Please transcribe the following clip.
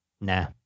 Nah